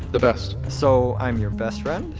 the best so i'm your best friend?